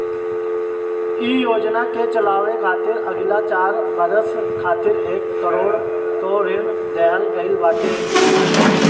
इ योजना के चलावे खातिर अगिला चार बरिस खातिर एक करोड़ कअ ऋण देहल गईल बाटे